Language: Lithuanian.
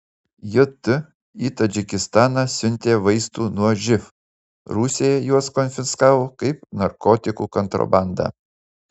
jt į tadžikistaną siuntė vaistų nuo živ rusija juos konfiskavo kaip narkotikų kontrabandą